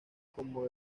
como